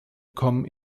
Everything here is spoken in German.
kommen